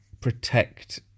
protect